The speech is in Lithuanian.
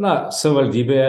na savivaldybė